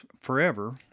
forever